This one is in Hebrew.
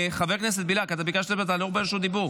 אתה ביקשת, ואתה לא ברשות דיבור.